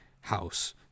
house